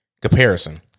comparison